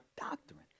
doctrine